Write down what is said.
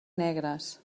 negres